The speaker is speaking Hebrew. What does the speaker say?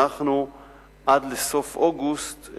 עד סוף אוגוסט,